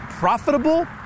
Profitable